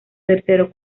tercero